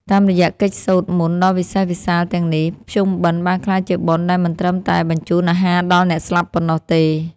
តាមរយៈកិច្ចសូត្រមន្តដ៏វិសេសវិសាលទាំងនេះ ភ្ជុំបិណ្ឌបានក្លាយជាបុណ្យដែលមិនត្រឹមតែបញ្ចូនអាហារដល់អ្នកស្លាប់ប៉ុណ្ណោះទេ